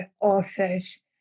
author's